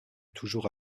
toujours